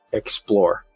explore